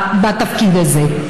בתפקיד הזה.